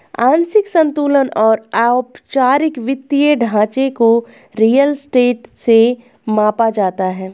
आंशिक संतुलन और औपचारिक वित्तीय ढांचे को रियल स्टेट से मापा जाता है